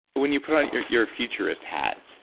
when you put on your your futurist hat,